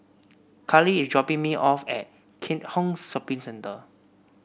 Kali is dropping me off at Keat Hong Shopping Centre